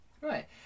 Right